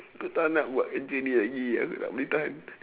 tak boleh tahan